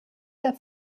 der